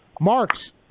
Marks